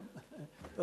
ב-18:30.